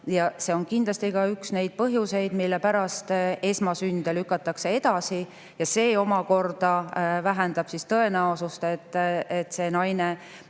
Ja see on kindlasti ka üks neid põhjuseid, mille pärast esmasünde lükatakse edasi, ja see omakorda vähendab tõenäosust, et naine